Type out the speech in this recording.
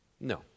No